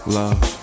love